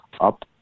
up